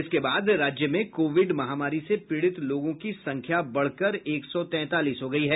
इसके बाद राज्य में कोविड महामारी से पीड़ित लोगों की संख्या बढ़कर एक सौ तैंतालीस हो गयी है